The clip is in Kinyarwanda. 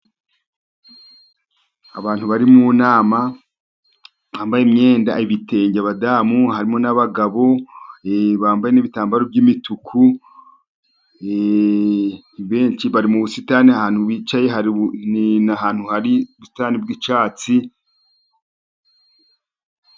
Abantu bari mu nama, bambaye imyenda ibitenge abadamu, harimo n'abagabo bambaye n'ibitambaro by'imituku, benshi bari mu busitani, ahantu bicaye hari n'ahantu hari ubusitani bw'icyatsi.